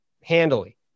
handily